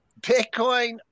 Bitcoin